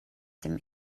dem